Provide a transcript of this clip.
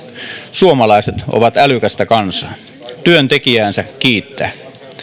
suomalaiset ovat älykästä kansaa työ tekijäänsä kiittää